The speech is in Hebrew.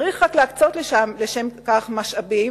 צריך רק להקצות לשם כך משאבים,